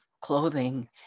clothing